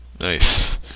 Nice